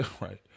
right